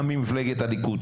גם ממפלגת הליכוד,